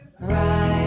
Right